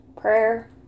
prayer